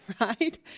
Right